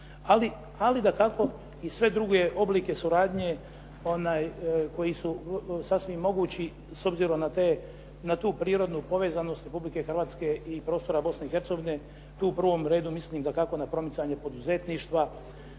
ali da tako i sve druge oblike suradnje koji su sasvim mogući s obzirom na tu prirodnu povezanost Republike Hrvatske i prostora Bosne i Hercegovine, tu u prvom redu mislim dakako na promicanje poduzetništva,